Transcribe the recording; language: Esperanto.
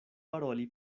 paroli